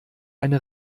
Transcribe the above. eine